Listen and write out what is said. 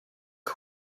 now